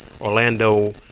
Orlando